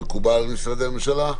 מקובל על משרדי הממשלה?